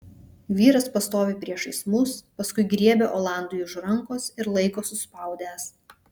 vyras pastovi priešais mus paskui griebia olandui už rankos ir laiko suspaudęs